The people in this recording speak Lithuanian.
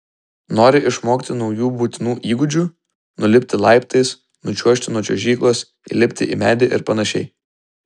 nori išmokti naujų būtinų įgūdžių nulipti laiptais nučiuožti nuo čiuožyklos įlipti į medį ir panašiai